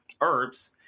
Herbs